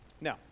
Now